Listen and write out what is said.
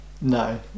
No